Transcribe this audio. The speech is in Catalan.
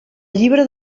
llibre